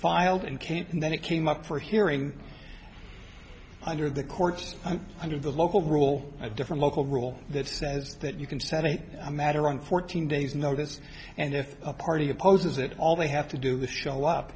filed in kane and then it came up for hearing under the courts under the local rule a different local rule that says that you can set a matter on fourteen days notice and if a party opposes it all they have to do the show up